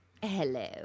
Hello